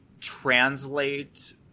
translate